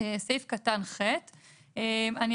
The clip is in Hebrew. לא